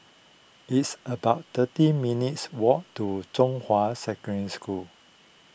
it's about thirty minutes' walk to Zhonghua Secondary School